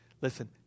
listen